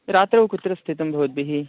रात्रौ कुत्र स्थितं भवद्भिः